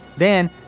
then.